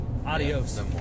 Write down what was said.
Adios